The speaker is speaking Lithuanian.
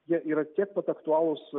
jie yra tiek pat aktualūs